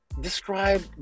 describe